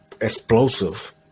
explosive